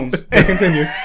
Continue